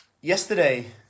yesterday